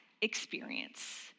experience